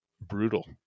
brutal